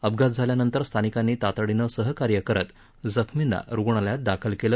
अपघात झाल्यानंतर स्थानिकांनी तातडीनं सहकार्य करत जखमींना रुगणालयात दाखल केलं